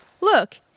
Look